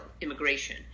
immigration